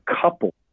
couple